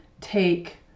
take